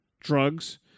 drugs